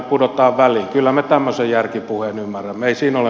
ei siinä ole mitään ongelmaa